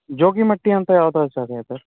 ಜೋಗಿಮಟ್ಟಿ ಅಂತ ಯಾವುದಾದ್ರು ಜಾಗ ಇದೆಯಾ